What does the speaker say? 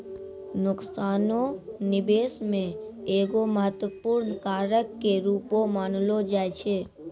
नुकसानो निबेश मे एगो महत्वपूर्ण कारक के रूपो मानलो जाय छै